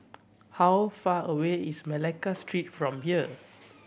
how far away is Malacca Street from here